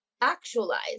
actualize